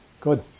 Good